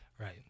Right